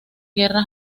guerra